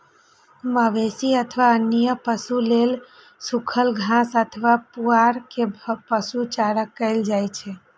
मवेशी अथवा अन्य पशु लेल सूखल घास अथवा पुआर कें पशु चारा कहल जाइ छै